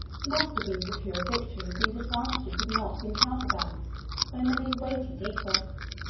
must have been secure of victory if these advantages had not been counter-balanced by many weighty defects.